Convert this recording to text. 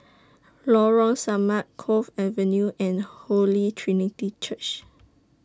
Lorong Samak Cove Avenue and Holy Trinity Church